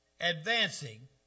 advancing